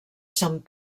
sant